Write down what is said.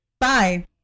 Bye